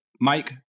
Mike